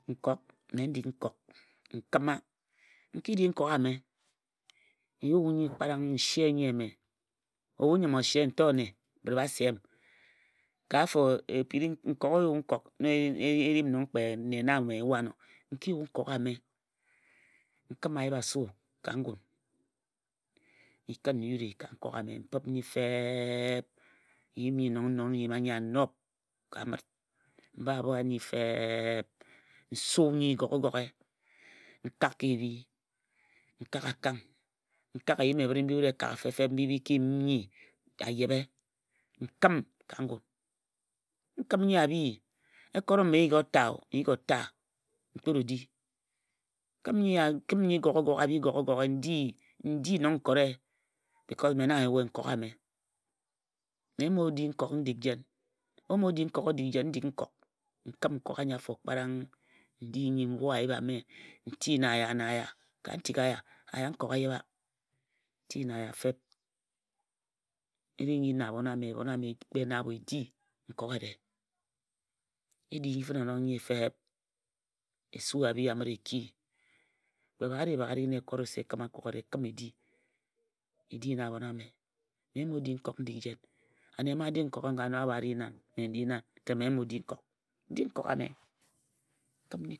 Nkok mme n dik nkok. N kəma N ki di nkok ame, N yue nnyi kparang N se nnyi eme. Ebhu N nnyəm o se nnyi eme. Ebhu N nnyəm o se N to nne bbt ba se m. Ka afo ebhu o yue nkok e ri noŋ kpe nne na o yue ano. N ki yue nkok ame. m pəp nnyi fep n yim nnyi noŋ n yima nnyi a nop. M ba bha nnyi feb N su nnyi goghe goghe. N kok ka ebhi, N kak ka ebhi, N kak akang. N kak eyim ebhere mbi e kagha mbi bi ki yim nnyi a bhi. E kot əm n yighi ota-o n yighi m kpet o di-N kəm nnyi a bhi goghe-goghe n di noŋ N kore. Ka mme na. Ewa-o mfin ebhik erzm efam. O tub anyong anyong a fam-o-fam Eyu-o eyu eri-o-ri obhi na o ka Obhi n O ka nop obhi na.